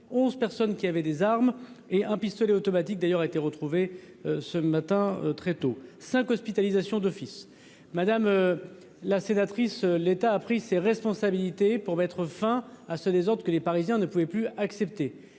11 personnes qui avaient des armes et un pistolet automatique d'ailleurs été retrouvé ce matin très tôt 5 hospitalisation d'office madame la sénatrice, l'État a pris ses responsabilités pour mettre fin à ceux des autres que les Parisiens ne pouvait plus accepter,